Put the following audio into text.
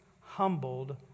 humbled